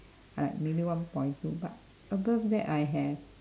alright maybe one point two but above that I have